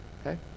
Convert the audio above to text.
okay